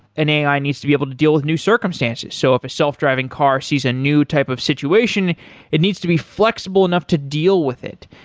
an ai needs to be able to deal with new circumstances, so if a self-driving car sees a new type of situation it needs to be flexible enough to deal with it.